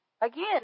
Again